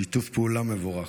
שיתוף פעולה מבורך.